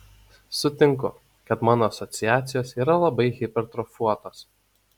sutinku kad mano asociacijos yra labai hipertrofuotos